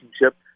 relationship